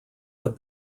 have